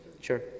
Sure